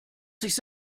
sich